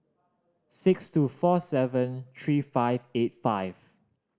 six two four seven three five eight five